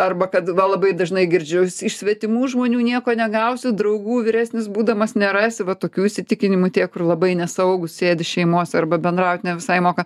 arba kad va labai dažnai girdžiu iš svetimų žmonių nieko negausit draugų vyresnis būdamas nerasi va tokių įsitikinimų tie kur labai nesaugūs sėdi šeimose arba bendrauti ne visai moka